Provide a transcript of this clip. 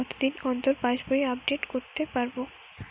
কতদিন অন্তর পাশবই আপডেট করতে পারব?